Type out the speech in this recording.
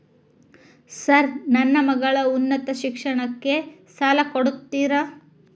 Sir ನನ್ನ ಮಗಳ ಉನ್ನತ ಶಿಕ್ಷಣಕ್ಕೆ ಸಾಲ ಕೊಡುತ್ತೇರಾ?